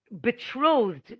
betrothed